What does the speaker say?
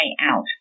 out